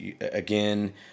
again